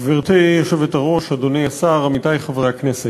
גברתי היושבת-ראש, אדוני השר, עמיתי חברי הכנסת,